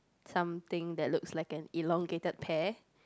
something that looks like an elongated pear